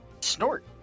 Snort